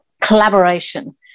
Collaboration